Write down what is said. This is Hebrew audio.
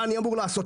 מה אני אמור לעשות,